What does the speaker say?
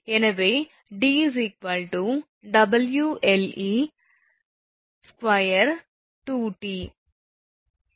எனவே 𝑑 𝑊𝐿𝑒28𝑇 இது சமன்பாடு 71